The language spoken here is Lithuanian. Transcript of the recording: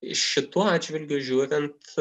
iš šituo atžvilgiu žiūrint